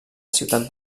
ciutat